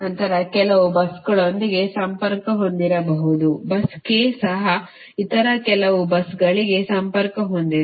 ಇತರ ಕೆಲವು busಗಳೊಂದಿಗೆ ಸಂಪರ್ಕ ಹೊಂದಿರಬಹುದು bus k ಸಹ ಇತರ ಕೆಲವು busಗಳಿಗೆ ಸಂಪರ್ಕ ಹೊಂದಿದೆ